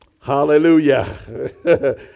Hallelujah